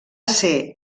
ser